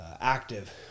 Active